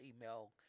email